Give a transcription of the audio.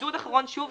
וחידוד אחרון שוב,